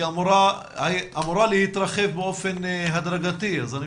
היא אמורה להתרחב באופן הדרגתי אז אני